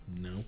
No